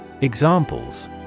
Examples